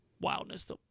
wildness